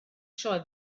sioe